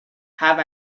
have